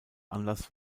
anlass